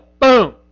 boom